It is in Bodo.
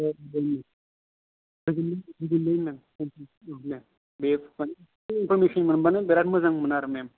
बिदिनो मेम दे माने इनफरमेसन मोनबा बिराथ मोजां आरो मेम